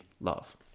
love